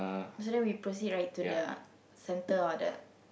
so then we proceed right to the centre or the